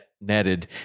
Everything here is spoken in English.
netted